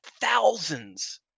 thousands